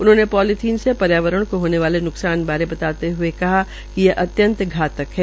उन्होंने पोलीथीन से पर्यावरण को होने वाले न्कसान बारे बताते हए कहा कि यह अत्यंत धातक है